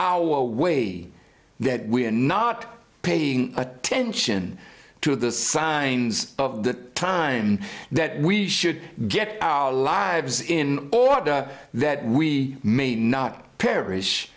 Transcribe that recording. our way that we are not paying attention to the signs of the time that we should get our lives in order that we may not perish